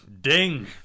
Ding